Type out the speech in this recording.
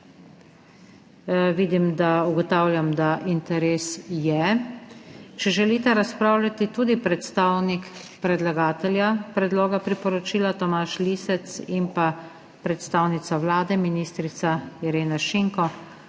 Ugotavljam, da interes je. Če želite razpravljati tudi predstavnik predlagatelja predloga priporočila Tomaž Lisec in pa predstavnica Vlade, ministrica Irena Šinko,